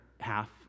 half